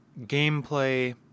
gameplay